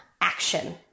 action